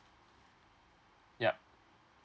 yup